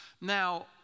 Now